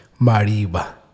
mariba